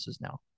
now